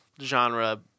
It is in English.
genre